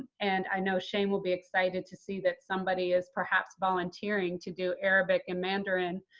and i know shane will be excited to see that somebody is perhaps volunteering to do arabic and mandarin,